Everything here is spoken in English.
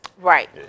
right